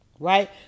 Right